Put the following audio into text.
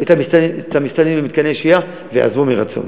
את המסתננים למתקני שהייה, והם יעזבו מרצון.